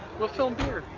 we'll film beer.